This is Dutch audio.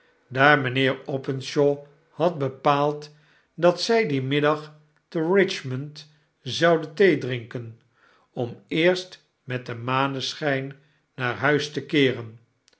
daar mijnheer openshaw had bepaald dat zy dien middag te r i c h m o n d zouden theedrinken om eerst met den maneschp naar huis te keeren